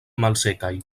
malsekaj